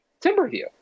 Timberview